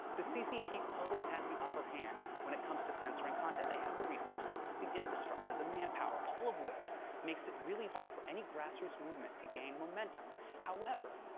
the ccp always has the upper hand when it comes to censoring content. they have the resources, the infrastructure, the manpower, all of which makes it really hard for any grassroots movement to gain momentum. however.